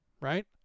Right